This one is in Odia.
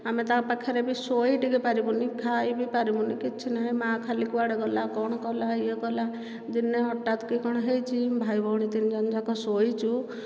ଆମେ ତା ପାଖରେ ଶୋଇ ଟିକେ ପାରିବୁନି ଖାଇବି ପାରିବୁନି କିଛିନାହିଁ ମାଆ ଖାଲି କୁଆଡ଼େ ଗଲା କଣ କଲା ଇଏ କଲା ଦିନେ ହଠାତ କି କଣ ହେଇଛି ଭାଇ ଭଉଣୀ ତିନିଜଣ ଯାକ ଶୋଇଛୁ